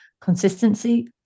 Consistency